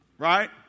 Right